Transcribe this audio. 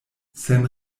sen